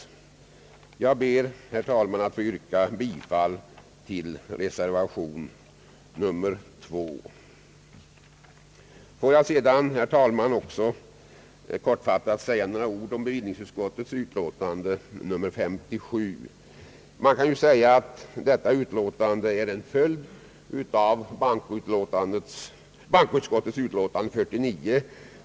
Jag ber, herr talman, att få yrka bifall till reservation nr 2. Får jag sedan också, herr talman, kortfattat säga några ord om bevillningsutskottets betänkande nr 57. Man kan säga att detta betänkande är en följd av bankoutskottets betänkande nr 49.